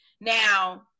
Now